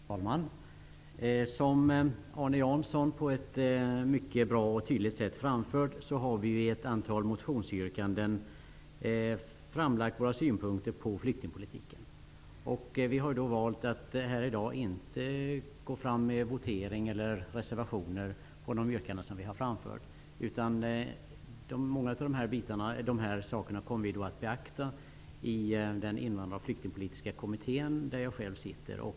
Herr talman! Som Arne Jansson på ett mycket bra och tydligt sätt har framfört har vi i ett antal motionsyrkanden framlagt våra synpunkter på flyktingpolitiken. Vi har valt att i dag inte begära votering på de yrkanden som vi har framfört i våra reservationer. Mycket av detta kommer att beaktas i Invandraroch flyktingkommittén, som jag själv sitter i.